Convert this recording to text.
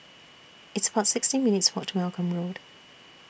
It's about sixty minutes' Walk to Malcolm Road